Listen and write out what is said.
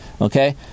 okay